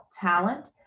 talent